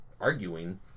arguing